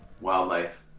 wildlife